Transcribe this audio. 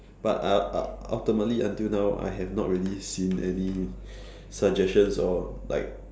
but uh ultimately until now I have not really seen any suggestions or like